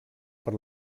per